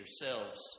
yourselves